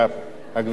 הגברת דורית ואג,